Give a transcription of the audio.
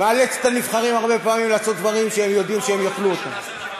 מאלץ את הנבחרים הרבה פעמים לעשות דברים שהם יודעים שהם יאכלו אותה.